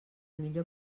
millor